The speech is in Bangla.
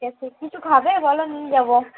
ঠিক আছে কিছু খাবে বলো নিয়ে যাবো